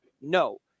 No